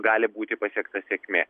gali būti pasiekta sėkmė